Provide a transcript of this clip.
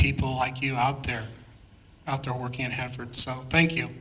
people like you out there after work and have heard so thank you